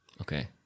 Okay